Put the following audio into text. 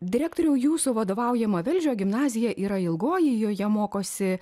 direktoriau jūsų vadovaujama velžio gimnazija yra ilgoji joje mokosi